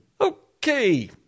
Okay